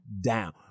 down